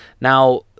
Now